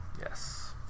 Yes